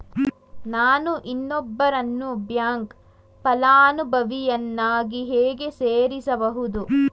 ನಾನು ಇನ್ನೊಬ್ಬರನ್ನು ಬ್ಯಾಂಕ್ ಫಲಾನುಭವಿಯನ್ನಾಗಿ ಹೇಗೆ ಸೇರಿಸಬಹುದು?